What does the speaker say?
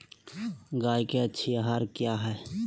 गाय के अच्छी आहार किया है?